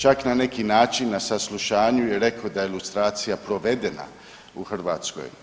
Čak na neki način na saslušanju je rekao da je lustracija provedena u Hrvatskoj.